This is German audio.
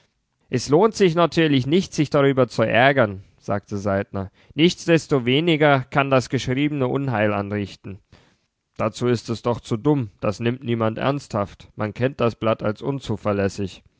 es lohnt sich natürlich nicht sich darüber zu ärgern sagte saltner nichtsdestoweniger kann das geschreibe unheil anrichten dazu ist es doch zu dumm das nimmt niemand ernsthaft man kennt das blatt als unzuverlässig